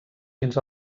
fins